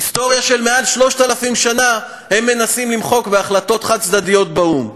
היסטוריה של מעל 3,000 שנה הם מנסים למחוק בהחלטות חד-צדדיות באו"ם.